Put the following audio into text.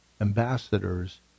ambassadors